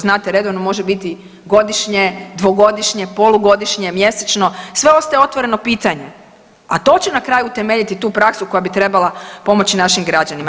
Znate redovno može biti godišnje, dvogodišnje, polugodišnje, mjesečno, sve ostaje otvoreno pitanje, a to će na kraju temeljiti tu praksu koja bi trebala pomoći našim građanima.